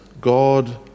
God